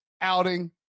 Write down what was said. outing